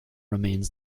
remains